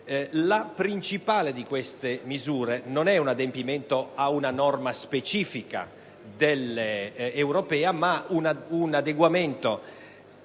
La principale di queste misure non è un adempimento ad una norma specifica europea, ma un adeguamento